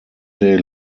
day